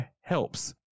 helps